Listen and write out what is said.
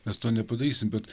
nes to nepadarysi bet